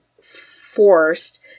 forced